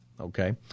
okay